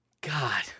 God